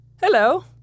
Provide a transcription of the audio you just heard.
hello